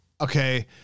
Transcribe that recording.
Okay